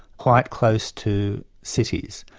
quite close to cities.